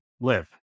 live